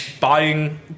buying